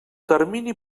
termini